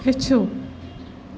ہیٚچھِو